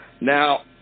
Now